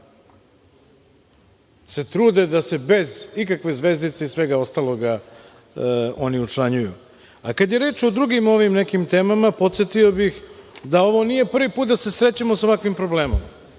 se trude da se bez ikakve zvezdice i svega ostalog oni učlanjuju. Kada je reč o drugim temama, podsetio bih da ovo nije prvi put da se srećemo sa ovakvim problemom.